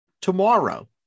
tomorrow